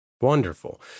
Wonderful